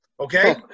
Okay